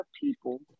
people